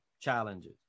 challenges